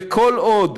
וכל עוד